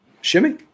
Shimmy